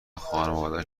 خانوادش